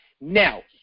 Now